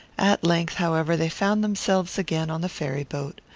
at length, however, they found themselves again on the ferry-boat.